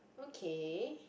okay